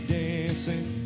dancing